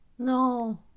No